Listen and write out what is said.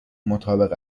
مطابق